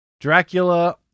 Dracula